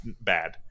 bad